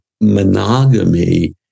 monogamy